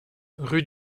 rue